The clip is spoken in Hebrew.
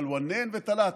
אבל וואנין ותלאתה.